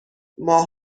ماه